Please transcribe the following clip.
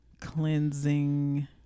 cleansing